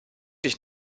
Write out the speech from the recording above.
dich